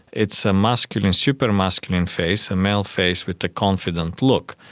it's a masculine, super-masculine face, a male face with a confident look.